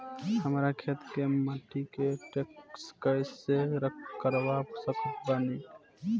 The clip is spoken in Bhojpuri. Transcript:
हमरा खेत के माटी के टेस्ट कैसे करवा सकत बानी?